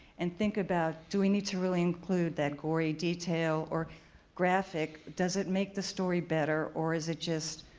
and think about, do we need to really include that gory detail or graphic? does it make the story better or is it just,